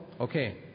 Okay